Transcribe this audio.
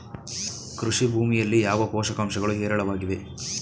ಕೃಷಿ ಭೂಮಿಯಲ್ಲಿ ಯಾವ ಪೋಷಕಾಂಶಗಳು ಹೇರಳವಾಗಿವೆ?